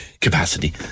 capacity